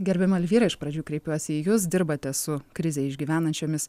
gerbiama elvyra iš pradžių kreipiuosi į jus dirbate su krizę išgyvenančiomis